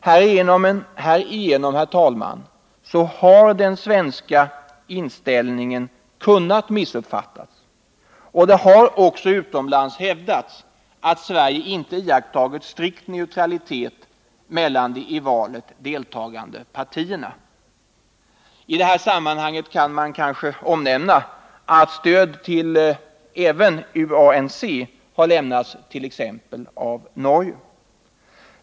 Härigenom, herr talman, har den svenska inställningen kunnat missuppfattas, och det har också utomlands hävdats att Sverige inte iakttagit strikt neutralitet mot de i I detta sammanhang kan det kanske omnämnas att stöd även till UANC har lämnats av t.ex. Norge.